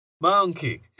Monkey